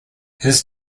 his